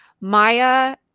Maya